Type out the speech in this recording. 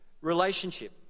relationship